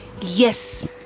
yes